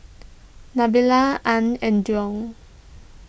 Nabila Ain and Daud